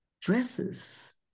dresses